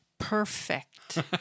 Perfect